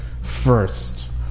first